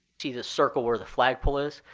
see this circle where the flag pole is?